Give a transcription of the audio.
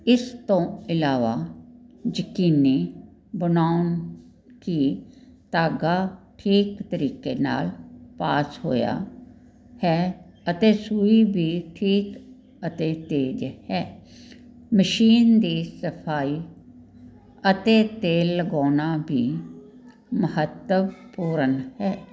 ਇਸ ਤੋਂ ਇਲਾਵਾ ਯਕੀਨੀ ਬਣਾਓ ਕਿ ਧਾਗਾ ਠੀਕ ਤਰੀਕੇ ਨਾਲ ਪਾਸ ਹੋਇਆ ਹੈ ਅਤੇ ਸੂਈ ਵੀ ਠੀਕ ਅਤੇ ਤੇਜ਼ ਹੈ ਮਸ਼ੀਨ ਦੀ ਸਫਾਈ ਅਤੇ ਤੇਲ ਲਗਾਉਣਾ ਵੀ ਮਹੱਤਵਪੂਰਨ ਹੈ